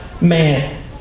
Man